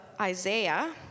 Isaiah